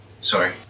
Sorry